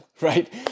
right